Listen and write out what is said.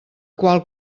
qual